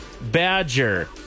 badger